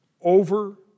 over